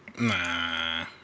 Nah